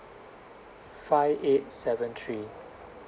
five eight seven three